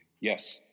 Yes